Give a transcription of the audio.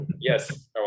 yes